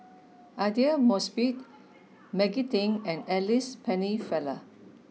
Aidli Mosbit Maggie Teng and Alice Pennefather